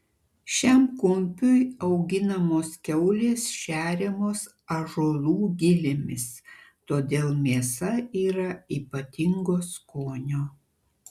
šiam kumpiui auginamos kiaulės šeriamos ąžuolų gilėmis todėl mėsa yra ypatingo skonio